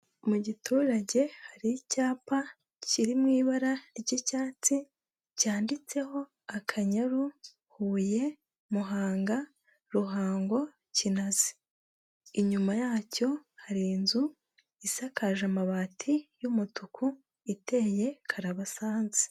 Mu giturage, hari icyapa kiri mu ibara ry'icyatsi, cyanditseho Akanyaru, Huye, Muhanga, Ruhango, Kinazi. Inyuma yacyo, hari inzu isakaje amabati y'umutuku, iteye karabasansi.